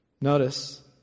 Notice